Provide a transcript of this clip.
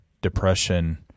depression